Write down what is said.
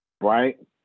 Right